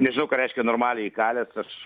nežinau ką reiškia normaliai įkalęs aš